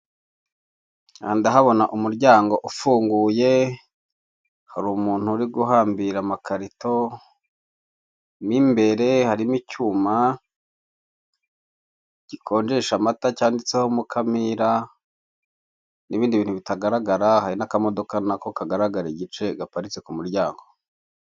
Aha ndahabona umuryango ufunguye, hari umuntu uri guhambira amakarito. Mu imbere harimo icyuma gikonjesha amata cyanditseho Mukamira n'ibindi bintu bitagaragara, hari n'akamodoka nako kagaragara igice gaparitse ku muryango.